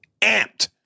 amped